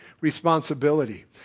responsibility